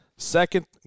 Second